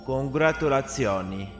Congratulazioni